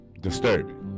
disturbing